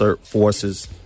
forces